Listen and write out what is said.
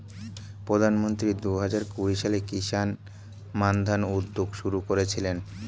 প্রধানমন্ত্রী দুহাজার কুড়ি সালে কিষান মান্ধান উদ্যোগ শুরু করেছিলেন